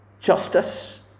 Justice